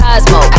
Cosmo